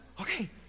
Okay